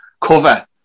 cover